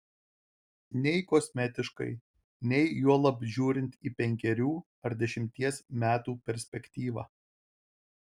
nei kosmetiškai nei juolab žiūrint į penkerių ar dešimties metų perspektyvą